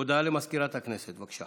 הודעה למזכירת הכנסת, בבקשה.